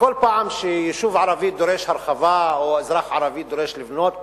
כל פעם שיישוב ערבי דורש הרחבה או אזרח ערבי דורש לבנות,